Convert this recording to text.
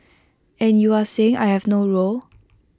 and you are saying I have no role